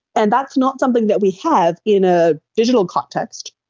and that's not something that we have in a digital context,